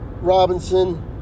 Robinson